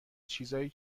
چیزایی